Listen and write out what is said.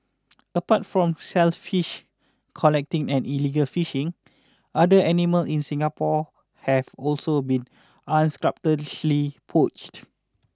apart from shells fish collecting and illegal fishing other animal in Singapore have also been unscrupulously poached